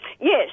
Yes